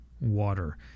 water